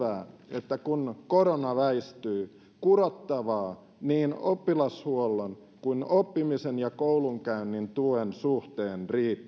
että kun korona väistyy kurottavaa niin oppilashuollon kuin oppimisen ja koulunkäynnin tuen suhteen riittää